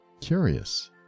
curious